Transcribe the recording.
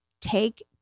take